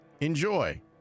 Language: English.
Enjoy